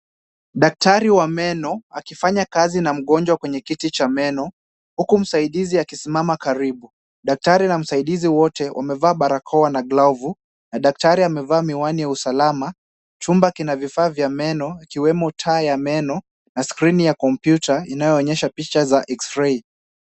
Daktari wa meno akifanya kazi na mgonjwa kwenye kiti cha meno, huku msaidizi akisimama karibu. Daktari na msaidizi wote wamevaa barakoa na glovu na daktari amevaa miwani ya usalama. Chumba kina vifaa vya meno ikiwemo taa ya meno na skrini ya kompyuta inayoonyesha picha za X-ray.